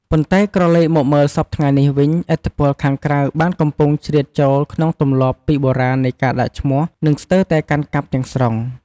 ប៉ុន្តែ ក្រឡេកមកមើលសព្វថ្ងៃនេះវិញ ឥទ្ធិពលខាងក្រៅបានកំពុងជ្រៀតចូលក្នុងទម្លាប់ពីបុរាណនៃការដាក់ឈ្មោះ និងស្ទើរតែកាន់កាប់ទាំងស្រុង។